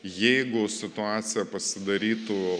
jeigu situacija pasidarytų